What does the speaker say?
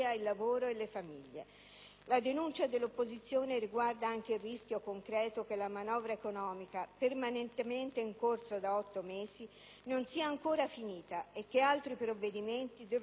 La denuncia dell'opposizione riguarda anche il rischio concreto che la manovra economica, permanentemente in corso da otto mesi, non sia ancora finita e che ulteriori provvedimenti dovranno essere emanati